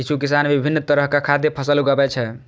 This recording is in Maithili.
किछु किसान विभिन्न तरहक खाद्य फसल उगाबै छै